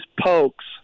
pokes